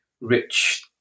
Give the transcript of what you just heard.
rich